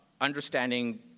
Understanding